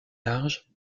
large